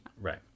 Right